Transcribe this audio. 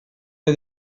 del